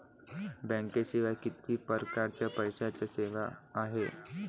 बँकेशिवाय किती परकारच्या पैशांच्या सेवा हाय?